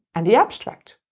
and the abstract.